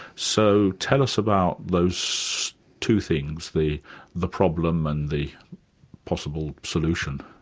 so tell us about those two things, the the problem and the possible solution.